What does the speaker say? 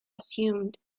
assumed